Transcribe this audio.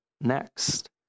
next